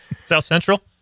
South-Central